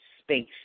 space